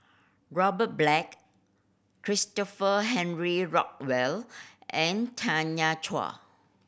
Robert Black Christopher Henry Rothwell and Tanya Chua